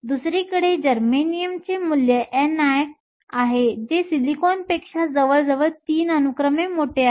दुसरीकडे जर्मेनियमचे मूल्य ni आहे जे सिलिकॉनपेक्षा जवळजवळ 3 अनुक्रमे मोठे आहे